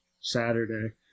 Saturday